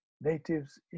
natives